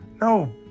no